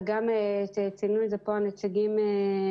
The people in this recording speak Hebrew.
וגם ציינו את זה פה הנציגים הרלוונטיים,